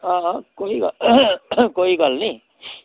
हां कोई कोई गल्ल निं